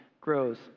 grows